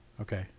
Okay